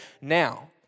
now